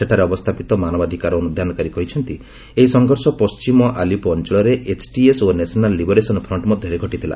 ସେଠାରେ ଅବସ୍ଥାପିତ ମାନବାଧିକାର ଅନ୍ଧ୍ୟାନକାରୀ କହିଛନ୍ତି ଏହି ସଂଘର୍ଷ ପଣ୍ଟିମ ଅଲିପୋ ଅଞ୍ଚଳରେ ଏଚ୍ଟିଏସ୍ ଓ ନେସନାଲ୍ ଲିବରେସନ୍ ଫ୍ରଣ୍ଣ୍ ମଧ୍ୟରେ ଘଟିଥିଲା